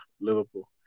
Liverpool